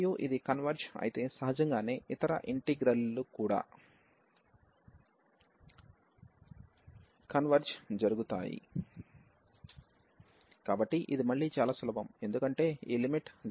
మరియు ఇది కన్వెర్జ్ అయితే సహజంగానే ఇతర ఇంటిగ్రల్ లు కుడా కన్వెర్జ్ జరుగుతాయి కాబట్టి ఇది మళ్ళీ చాలా సులభం ఎందుకంటే ఈ లిమిట్ 0 గా x→∞గా వస్తోంది